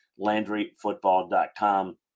LandryFootball.com